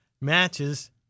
matches